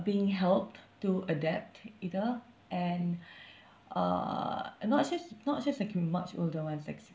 being helped to adapt either and uh and not just not just like much older ones like